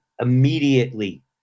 immediately